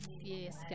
yes